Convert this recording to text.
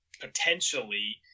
potentially